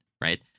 right